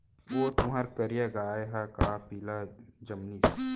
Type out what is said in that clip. ओ तुंहर करिया गाय ह का पिला जनमिस?